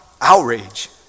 outrage